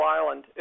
Island